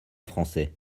français